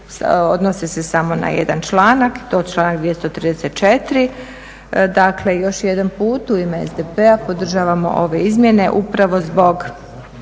odnose se samo na jedan članak i to članak 234. Dakle još jedan put u ime SDP-a podržavamo ove izmjene upravo zbog